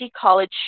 college